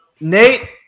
nate